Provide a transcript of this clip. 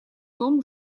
том